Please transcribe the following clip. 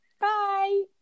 bye